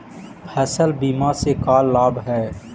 फसल बीमा से का लाभ है?